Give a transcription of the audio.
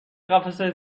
قفسه